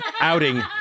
outing